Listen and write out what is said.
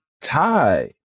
tie